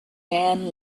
man